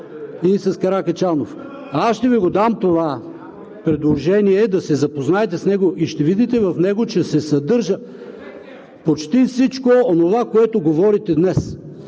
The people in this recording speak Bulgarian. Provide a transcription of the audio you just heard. от ОП.) Аз ще Ви дам това предложение да се запознаете с него и ще видите, че в него се съдържа почти всичко онова, което говорите днес.